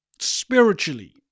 Spiritually